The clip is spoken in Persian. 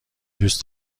دوست